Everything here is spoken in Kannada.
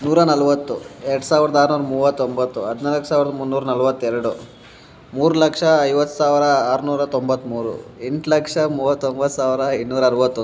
ನೂರ ನಲ್ವತ್ತು ಎರಡು ಸಾವಿರದ ಆರುನೂರ ಮೂವತ್ತೊಂಬತ್ತು ಹದಿನಾಲ್ಕು ಸಾವಿರದ ಮೂನ್ನೂರ ನಲ್ವತ್ತೆರಡು ಮೂರು ಲಕ್ಷ ಐವತ್ತು ಸಾವಿರ ಆರುನೂರ ತೊಂಬತ್ತ್ಮೂರು ಎಂಟು ಲಕ್ಷ ಮೂವತೊಂಬತ್ತು ಸಾವಿರ ಇನ್ನೂರ ಅರವತ್ತೊಂದು